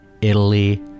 Italy